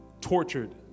tortured